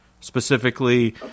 specifically